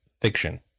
fiction